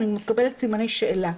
אני מקבלת סימני שאלה.